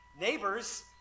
Neighbors